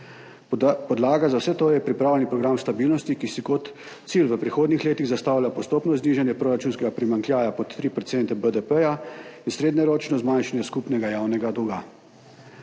Podlaga za vse to je pripravljen program stabilnosti, ki si kot cilj v prihodnjih letih zastavlja postopno znižanje proračunskega primanjkljaja pod 3 % BDP in srednjeročno zmanjšanje skupnega javnega dolga.